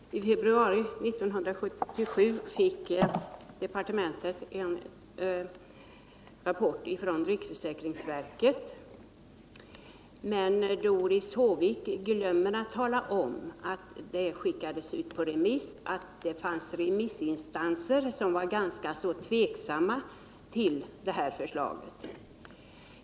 Herr talman! I februari 1977 fick departementet en rapport från riksförsäkringsverket. Men Doris Håvik glömmer att tala om att materialet skickades ut på remiss, att det fanns remissinstanser som var ganska tveksamma till förslaget.